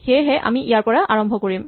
সেয়েহে আমি ইয়াৰ পৰা আৰম্ভ কৰিম